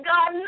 God